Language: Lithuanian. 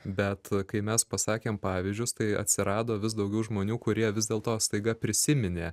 bet kai mes pasakėm pavyzdžius tai atsirado vis daugiau žmonių kurie vis dėlto staiga prisiminė